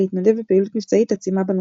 להתנדב בפעילות מבצעית עצימה בנושא.